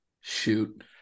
Shoot